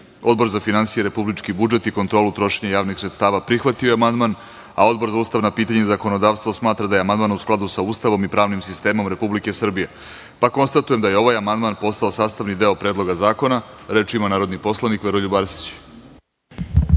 za finansije, republički budžet i kontrolu trošenja javnih sredstava prihvatio je amandman, a Odbor za ustavna pitanja i zakonodavstvo smatra da je amandman u skladu sa Ustavom i pravnim sistemom Republike Srbije. Konstatujem da je ovaj amandman postao sastavni deo Predloga zakona. Reč ima narodni poslanik Nenad Filipović.